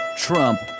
Trump